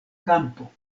kampo